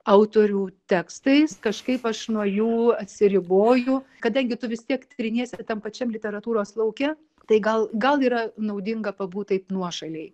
autorių tekstais kažkaip aš nuo jų atsiriboju kadangi tu vis tiek triniesi tam pačiam literatūros lauke tai gal gal yra naudinga pabūt taip nuošalėj